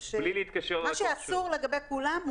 מה שאסור לגבי כולם,